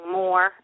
more